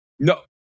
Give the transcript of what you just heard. No